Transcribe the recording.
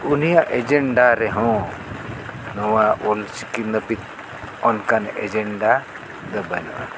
ᱩᱱᱤᱭᱟᱜ ᱮᱡᱮᱱᱰᱟ ᱨᱮᱦᱚᱸ ᱱᱚᱣᱟ ᱚᱞᱪᱤᱠᱤ ᱱᱟᱹᱯᱤᱛ ᱚᱱᱠᱟᱱ ᱮᱡᱮᱱᱰᱟ ᱫᱚ ᱵᱟᱹᱱᱩᱜᱼᱟ